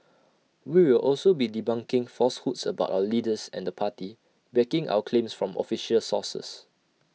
we will also be debunking falsehoods about our leaders and the party backing our claims from official sources